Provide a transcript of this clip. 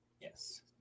Yes